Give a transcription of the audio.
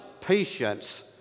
patience